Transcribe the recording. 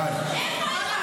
די,